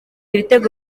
ibitego